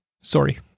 sorry